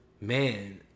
man